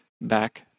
Back